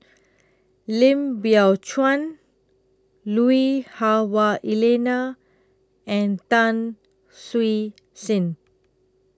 Lim Biow Chuan Lui Hah Wah Elena and Tan Siew Sin